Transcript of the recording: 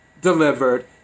delivered